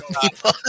people